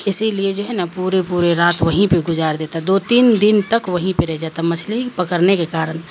اسی لیے جو ہے نا پورے پورے رات وہیں پہ گزار دیتا دو تین دن تک وہیں پہ رہ جاتا مچھلی پکڑنے کے کارن